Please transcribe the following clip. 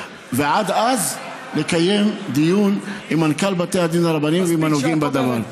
ועד אז לקיים דיון עם מנכ"ל בתי הדין הרבניים ועם הנוגעים בדבר.